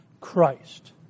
Christ